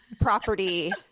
property